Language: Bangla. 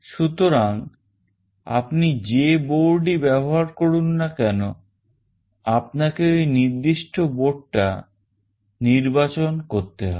সুতরাং আপনি যে board ই ব্যবহার করুন না কেন আপনাকে ওই নির্দিষ্ট board টা নির্বাচন করতে হবে